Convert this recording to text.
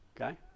Okay